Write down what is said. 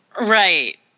Right